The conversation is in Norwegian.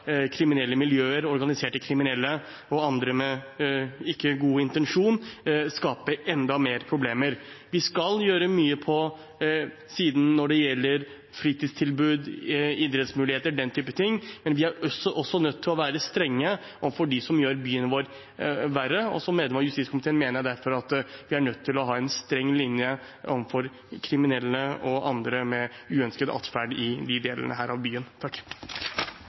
kriminelle miljøer, organiserte kriminelle og andre med en ikke god intensjon skape enda flere problemer. Vi skal gjøre mye når det gjelder fritidstilbud, idrettsmuligheter – den type ting – men vi er også nødt til å være strenge overfor dem som gjør byen vår verre. Som medlem av justiskomiteen mener jeg derfor at vi er nødt til å ha en streng linje overfor kriminelle og andre med uønsket atferd i disse delene av byen.